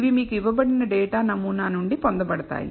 ఇవి మీకు ఇవ్వబడిన డేటా నమూనా నుండి పొందబడతాయి